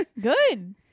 good